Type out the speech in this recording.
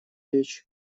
речь